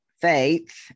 faith